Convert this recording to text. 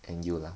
and you lah